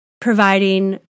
providing